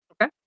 Okay